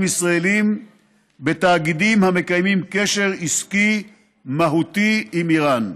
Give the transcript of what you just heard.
ישראליים בתאגידים המקיימים קשר עסקי מהותי עם איראן.